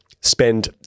spend